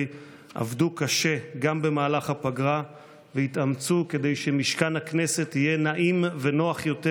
עבדו קשה גם במהלך הפגרה והתאמצו כדי שמשכן הכנסת יהיה נעים ונוח יותר